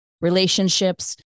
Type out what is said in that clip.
relationships